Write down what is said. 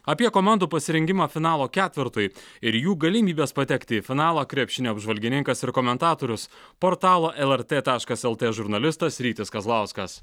apie komandų pasirengimą finalo ketvertui ir jų galimybes patekti į finalą krepšinio apžvalgininkas ir komentatorius portalo lrt lt žurnalistas rytis kazlauskas